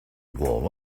war